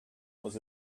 was